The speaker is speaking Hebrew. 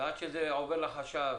ועד שזה עובר לחשב